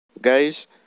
guys